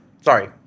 sorry